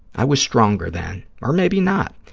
i was stronger then, or maybe not,